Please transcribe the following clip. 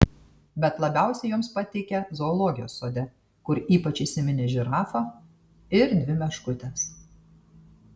bet labiausiai joms patikę zoologijos sode kur ypač įsiminė žirafa ir dvi meškutės